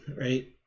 right